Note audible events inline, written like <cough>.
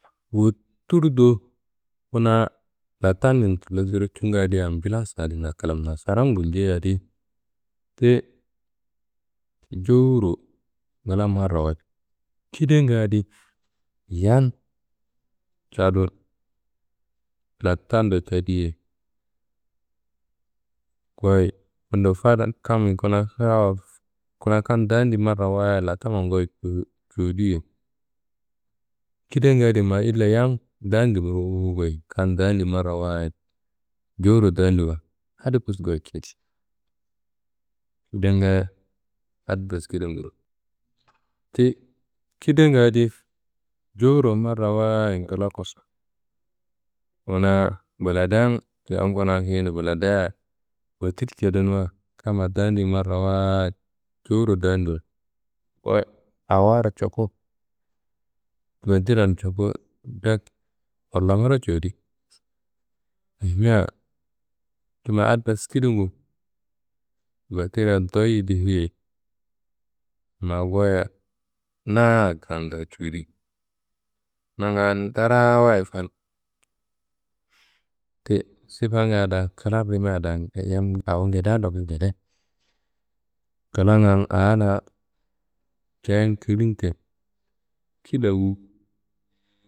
Wotur do kuna latammin tullo tullo cunga adi ambilans adi kalam Nasaran guljeei adi. Ti jowuro ngla marrawayit kidanga adi yan cadu lantando cadiye goyi bundo fadan kammiyi kuna sirawuwa. <noise> Kuna kam dandi marrawayit lantamman goyo <hesitation> cu- cuwudiye. Kidanga adi ma illa yam dandi ruwu goyi kam dandi marrawayit jowuro dandiwa adi bes goyi cuwudi, kidanga, adi bes kidangu. Ti kidanga adi jowuro marrawayit ngila kosu. Kuna buladian yam kuna keyende buladiya wotir cedenuwa kamma dandi marrawayit jowuro dandiwa goyo awaro coku wotiran coku direk Forlomiro cowodi ayimia ti ma adi bes kidangu. Wotirra doyi difiye ma goyo na tan goyu cudi, nanga ndaraa wayi fal. Ti sifanga da kla rimia da yam awo ngedea n ndoku ngede. Klangan a la keye n kili n te, killa wuwu.